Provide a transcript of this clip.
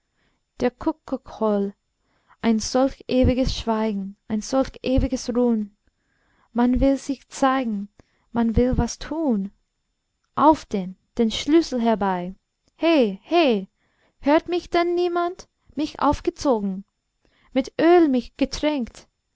der kuckuck hol ein solch ewiges schweigen ein solch ewiges ruhn man will sich zeigen man will was tun auf denn den schlüssel herbei hei hei hört mich denn niemand mich aufgezogen mit öl mich getränkt